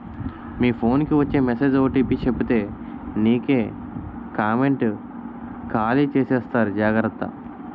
మీ phone కి వచ్చే message OTP చెప్పితే నీకే కామెంటు ఖాళీ చేసేస్తారు జాగ్రత్త